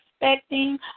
Expecting